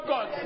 God